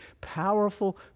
powerful